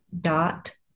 dot